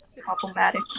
problematic